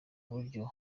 buryo